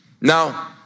Now